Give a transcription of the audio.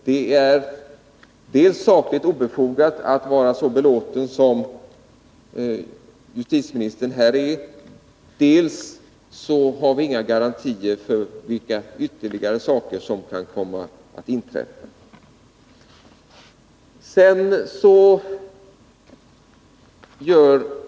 Dels är det alltså sakligt obefogat att vara så belåten som justitieministern här är, dels har vi inga garantier för vad som ytterligare kan komma att inträffa.